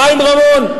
חיים רמון,